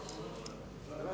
Hvala.